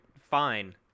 fine